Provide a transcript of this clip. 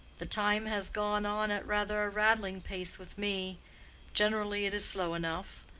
the time has gone on at rather a rattling pace with me generally it is slow enough.